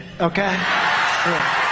Okay